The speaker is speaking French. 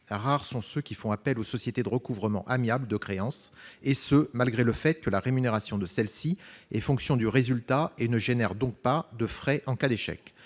Rares sont ceux qui font appel aux sociétés de recouvrement amiable de créances, et ce malgré le fait que la rémunération de celles-ci est fonction du résultat et n'entraîne donc pas de frais en cas d'échec.